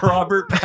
Robert